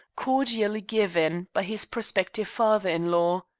cordially given by his prospective father-in-law.